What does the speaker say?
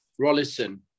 Rollison